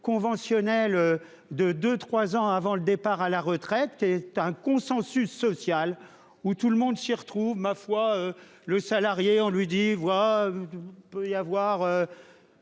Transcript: Conventionnelle de deux 3 ans avant le départ à la retraite est un consensus social où tout le monde s'y retrouve ma foi le salarié, on lui dis vois. Peut y avoir.